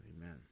amen